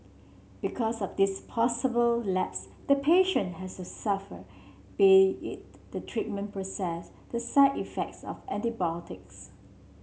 because of this possible lapse the patient has to suffer be it the treatment process the side effects of antibiotics